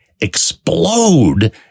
explode